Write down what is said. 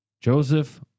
Joseph